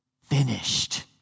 finished